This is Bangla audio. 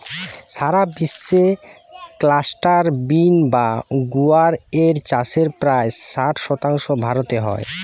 সারা বিশ্বে ক্লাস্টার বিন বা গুয়ার এর চাষের প্রায় ষাট শতাংশ ভারতে হয়